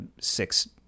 six